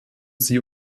sie